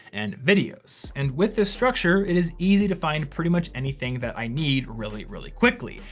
and videos. and with this structure, it is easy to find pretty much anything that i need really, really quickly.